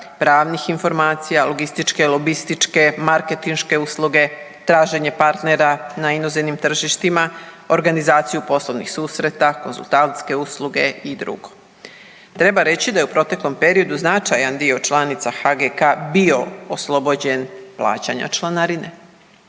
pravnih informacija, logističke, lobističke, marketinške usluge, traženje partnera na inozemnim tržištima, organizaciju poslovnih susreta, konzultantske usluge i dr. Treba reći da je u proteklom periodu značajan dio članica HGK-a bio oslobođen plaćanja članarine.